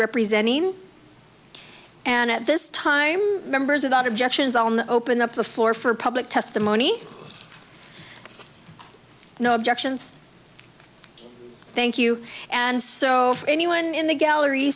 representing and at this time members of our objections on the open up the floor for public testimony no objections thank you and so anyone in the gallery